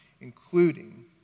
including